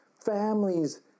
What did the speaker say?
families